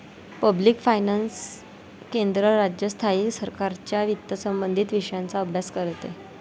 public finance केंद्र, राज्य, स्थायी सरकारांच्या वित्तसंबंधित विषयांचा अभ्यास करते